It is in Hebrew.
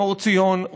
מאור ציון.